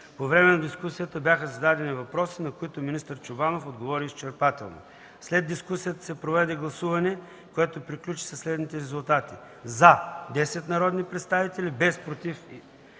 По време на дискусията бяха зададени въпроси, на които министър Чобанов отговори изчерпателно. След дискусията се проведе гласуване, което приключи със следните резултати: „за” – 10 народни представители, без „против”,